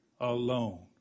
alone